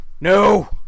no